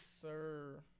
sir